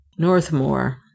Northmore